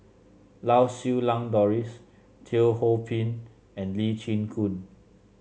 Lau Siew Lang Doris Teo Ho Pin and Lee Chin Koon